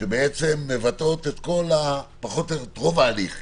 שבעצם מבטאות פחות או יותר את רוב ההליך,